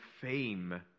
fame